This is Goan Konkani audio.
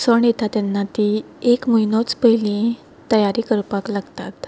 सण येता तेन्ना ती एक म्हयनोच पयलीं तयारी करपाक लागतात